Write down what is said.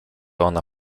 ona